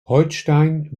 holstein